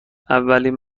اولین